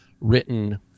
written